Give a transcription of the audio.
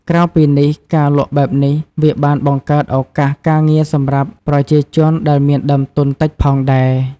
ក្រៅពីនេះ ការលក់បែបនេះវាបានបង្កើតឱកាសការងារសម្រាប់ប្រជាជនដែលមានដើមទុនតិចផងដែរ។